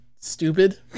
stupid